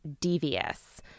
devious